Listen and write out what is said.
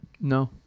no